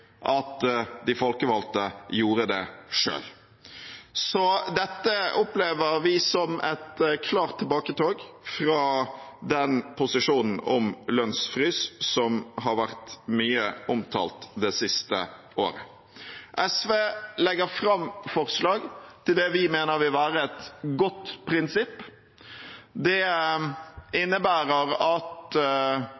at de folkevalgte gjorde det selv. Dette opplever vi som et klart tilbaketog fra den posisjonen om lønnsfrys som har vært mye omtalt det siste året. SV legger fram forslag til det vi mener vil være et godt prinsipp. Det